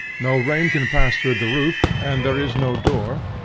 no rain can pass through the roof, and there is no door,